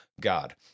God